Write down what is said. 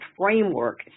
framework